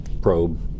probe